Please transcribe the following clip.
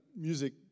music